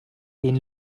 den